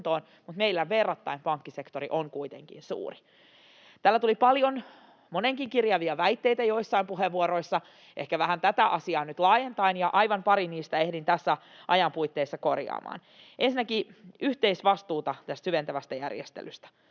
Eli meillä pankkisektori on kuitenkin verrattain suuri. Täällä tuli paljon monenkirjaviakin väitteitä joissain puheenvuoroissa, ehkä vähän tätä asiaa nyt laajentaen, ja aivan pari niistä ehdin tämän ajan puitteissa korjaamaan. Ensinnäkin yhteisvastuu syventävistä järjestelyistä: